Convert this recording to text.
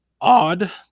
odd